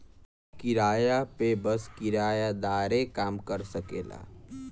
किराया पे बस किराएदारे काम कर सकेला